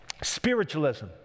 Spiritualism